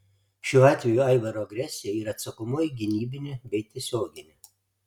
šiuo atveju aivaro agresija yra atsakomoji gynybinė bei tiesioginė